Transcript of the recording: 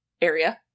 area